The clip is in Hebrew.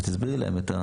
ותסבירי להם את,